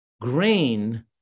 grain